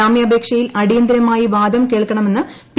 ജാമ്യാപേക്ഷയിൽ അടിയന്തരമായി വാദം കേൾക്കണമെന്ന് പി